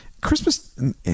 Christmas –